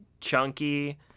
chunky